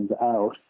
out